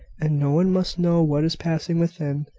and no one must know what is passing within.